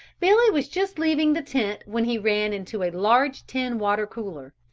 billy was just leaving the tent when he ran into a large tin water cooler.